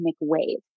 wave